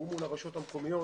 תיאום מול הרשויות המקומיות,